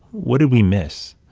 what did we miss?